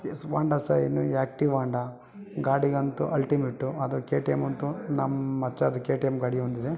S Honda shine active Honda ಗಾಡಿಗಂತೂ ultimate ಅದು K T M ಅಂತು ನಮ್ಮ ಮಚ್ಚಾದು ಕೆ ಟಿ ಎಮ್ ಗಾಡಿ ಒಂದಿದೆ